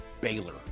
Baylor